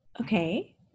Okay